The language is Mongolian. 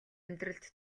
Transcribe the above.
амьдралд